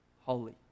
holy